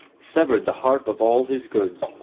severed the harp of all his goods,